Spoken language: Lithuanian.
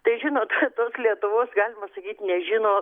tai žinot tos lietuvos galima sakyt nežino